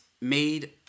made